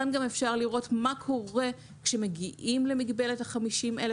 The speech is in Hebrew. כאן גם אפשר לראות מה קורה כשמגיעים למגבלת ה-50,000,